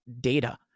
data